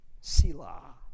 Sila